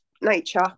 nature